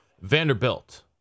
Vanderbilt